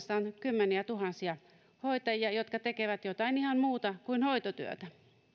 kymmeniätuhansia hoitajia jotka tekevät jotain ihan muuta kuin hoitotyötä